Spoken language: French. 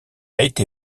été